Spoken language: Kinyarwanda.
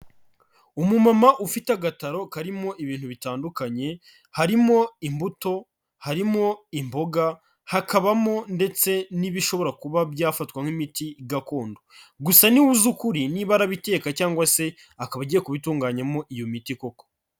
Umumama ufite agataro karimo ibintu bitandukanye, harimo imbuto, harimo imboga, hakabamo ndetse n'ibishobora kuba byafatwa nk'imiti gakondo, gusa ni we uzi ukuri niba arabiteka cyangwa se akaba agiye kubitunganyamo iyo miti koko.